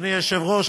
אדוני היושב-ראש,